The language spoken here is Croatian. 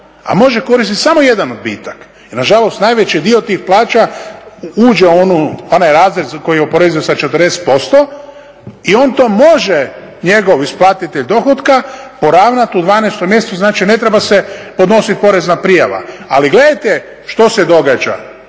a može koristiti samo jedan odbitak i nažalost najveći dio tih plaća uđe u onaj razred koji je oporeziv sa 40% i on to može, njegov isplatitelj dohotka, poravnati u 12. mjesecu. Znači, ne treba se podnositi porezna prijava. Ali gledajte što se događa,